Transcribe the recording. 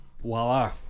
voila